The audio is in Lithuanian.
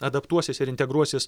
adaptuosis ir integruosis